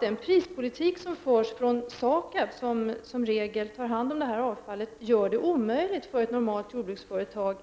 Den prispolitik som används inom SAKAB, som i regel tar hand om avfallet, gör det omöjligt för ett normalt jordbruksföretag